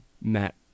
Matt